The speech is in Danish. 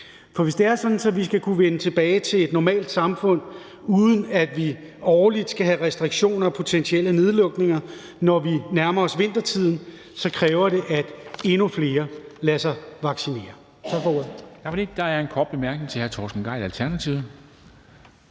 For hvis det er sådan, at vi skal kunne vende tilbage til et normalt samfund, uden at vi årligt skal have restriktioner og potentielle nedlukninger, når vi nærmer os vintertiden, kræver det, at endnu flere lader sig vaccinere. Tak for ordet. Kl. 13:33 Formanden (Henrik